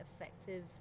effective